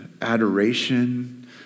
adoration